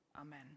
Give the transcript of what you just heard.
Amen